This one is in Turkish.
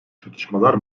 çatışmalar